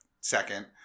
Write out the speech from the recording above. second